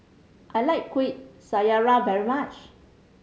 I like Kuih Syara very much